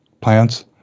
plants